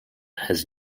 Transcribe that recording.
has